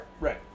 Right